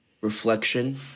reflection